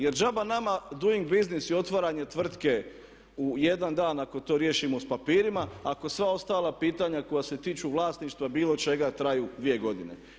Jer džaba nama doing business i otvaranje tvrtke u jedan dan i ako to riješimo s papirima ako sva ostala pitanja koja se tiču vlasništva bilo čega traju 2 godine.